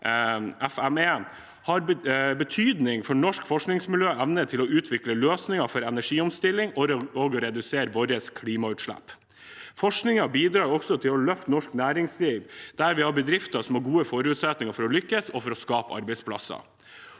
har betydning for norske forskningsmiljøers evne til å utvikle løsninger for energiomstilling og å redusere våre klimagassutslipp. Forskningen bidrar også til å løfte norsk næringsliv, der vi har bedrifter som har gode forutsetninger for å lykkes og for å skape arbeidsplasser.